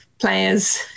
players